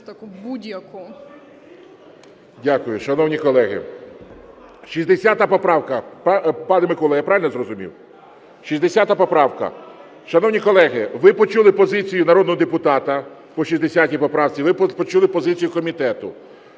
Дякую. Шановні колеги, 60 поправка. Пане Микола, я правильно зрозумів? 60 поправка. Шановні колеги, ви почули позицію народного депутата по 60 поправці. Ви почули позицію комітету.